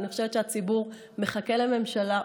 אני חושבת שהציבור מחכה לממשלה,